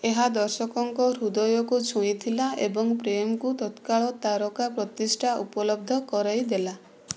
ଏହା ଦର୍ଶକଙ୍କ ହୃଦୟକୁ ଛୁଇଁଥିଲା ଏବଂ ପ୍ରେମ୍ଙ୍କୁ ତତ୍କାଳ ତାରକା ପ୍ରତିଷ୍ଠା ଉପଲବ୍ଧ କରାଇଦେଲା